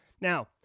Now